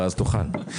ואז תוכל...